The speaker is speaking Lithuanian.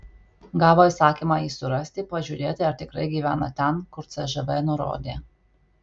gavo įsakymą jį surasti pažiūrėti ar tikrai gyvena ten kur cžv nurodė